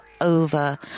over